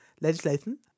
Legislation